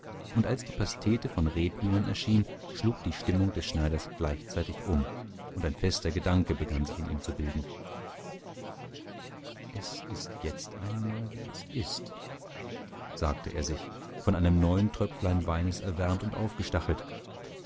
und als die pastete von rebhühnern erschien schlug die stimmung des schneiders gleichzeitig um und ein fester gedanke begann sich in ihm zu bilden es ist jetzt einmal wie es ist sagte er sich von einem neuen tröpflein weines erwärmt und aufgestachelt